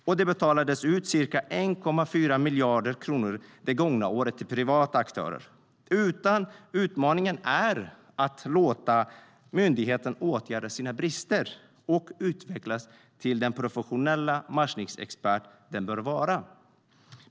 Det betalades ut ca 1,4 miljarder kronor det gångna året till privata aktörer. Utmaningen är att låta myndigheten åtgärda sina brister och utvecklas till den professionella matchningsexpert den bör vara.